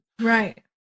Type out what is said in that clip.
Right